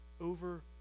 over